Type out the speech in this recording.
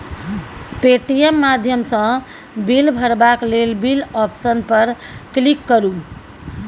Paytm माध्यमसँ bill भरबाक लेल बिल आप्शन पर क्लिक करु